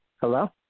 Hello